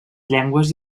llengües